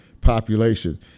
population